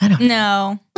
No